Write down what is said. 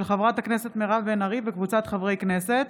של חברת הכנסת מירב בן ארי וקבוצת חברי הכנסת,